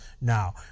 now